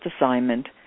assignment